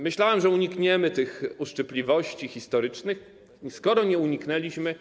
Myślałem, że unikniemy tych uszczypliwości historycznych, ale skoro nie uniknęliśmy.